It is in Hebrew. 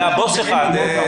זה הבוס שלך.